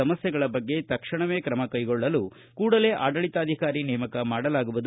ಸಮಸ್ಥೆಗಳ ಬಗ್ಗೆ ತಕ್ಷಣವೇ ತ್ರಮ ಕೈಗೊಳ್ಳಲು ಕೂಡಲೇ ಆಡಳಿತಾಧಿಕಾರಿಯನ್ನು ನೇಮಕ ಮಾಡಲಾಗುವುದು